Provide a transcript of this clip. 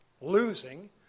losing